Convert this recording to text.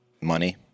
Money